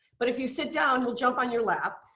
but if you sit down, he'll jump on your lap.